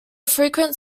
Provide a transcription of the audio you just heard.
frequent